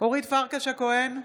אורית פרקש הכהן,